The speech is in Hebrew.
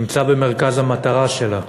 נמצא במרכז המטרה שלה,